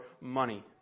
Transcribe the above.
money